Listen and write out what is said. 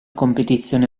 competizione